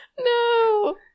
no